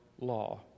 law